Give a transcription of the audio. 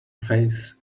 face